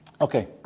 Okay